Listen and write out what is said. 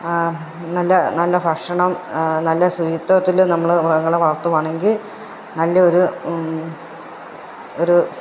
നല്ല നല്ല ഭക്ഷണം നല്ല ശുചിത്വത്തിൽ നമ്മൾ മൃഗങ്ങളെ വളർത്തുകയാണെങ്കിൽ നല്ലൊരു ഒരു